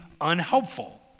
unhelpful